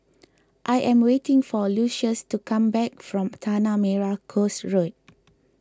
I am waiting for Lucius to come back from Tanah Merah Coast Road